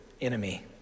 enemy